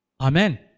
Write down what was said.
Amen